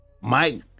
Mike